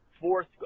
fourth